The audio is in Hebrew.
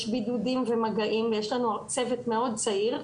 בידודים ומגעים ויש לנו צוות מאוד צעיר,